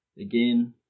Again